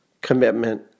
commitment